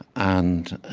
and